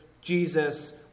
Jesus